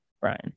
Brian